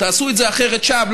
תעשו את זה אחרת שם,